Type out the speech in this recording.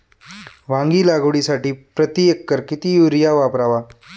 वांगी लागवडीसाठी प्रति एकर किती युरिया वापरावा?